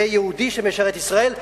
זה יהודי שמשרת את ישראל,